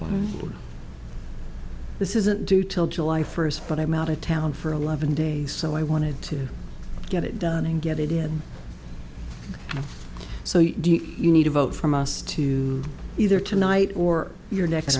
well this isn't due till july first but i'm out of town for eleven days so i wanted to get it done and get it in so you do you need a vote from us to either tonight or your ne